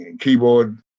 keyboard